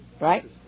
Right